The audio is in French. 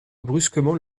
brusquement